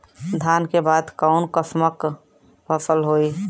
धान के बाद कऊन कसमक फसल होई?